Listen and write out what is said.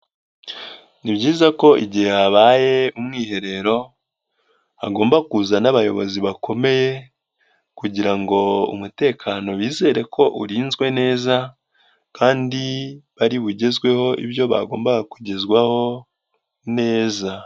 Ni byiza ko igihe habaye umwiherero, hagomba kuza n'abayobozi bakomeye kugira ngo umutekano bizere ko urinzwe neza kandi bari bugezweho ibyo bagombaga kugezwaho neza.